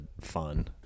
fun